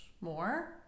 more